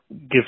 give